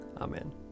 Amen